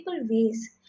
ways